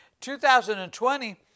2020